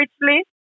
richly